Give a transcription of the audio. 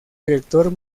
director